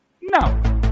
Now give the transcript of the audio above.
no